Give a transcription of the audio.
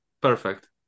perfect